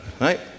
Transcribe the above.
Right